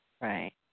right